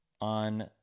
on